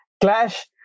clash